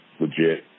legit